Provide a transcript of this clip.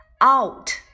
Out